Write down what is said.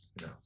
No